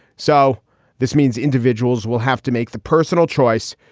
so this means individuals will have to make the personal choice.